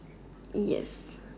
yes